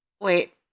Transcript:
Wait